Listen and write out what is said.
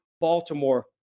Baltimore